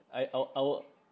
I our our